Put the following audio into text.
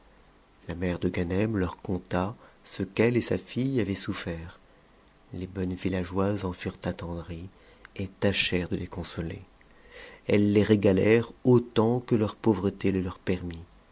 la mère de ganem leur conta ce qu'elle et sa fille avaient souffert les bonnes villageoises en furent attendries et tâchèrent de les consoler elles les régalèrent autant que leur pauvreté le leur permit